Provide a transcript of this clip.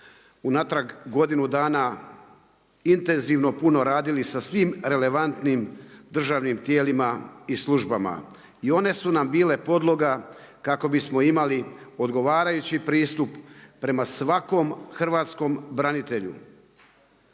unatrag godinu dana intenzivno puno radili sa svim relevantnim državnim tijelima i službama. I one su nam bile podloga kako bismo imali odgovarajući pristup prema svakom hrvatskom branitelju.